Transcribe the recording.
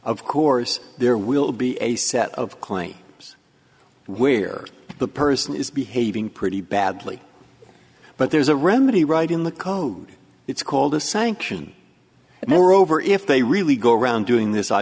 of course there will be a set of clay where the person is behaving pretty badly but there's a remedy right in the code it's called a sanction and moreover if they really go around doing this i